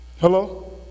Hello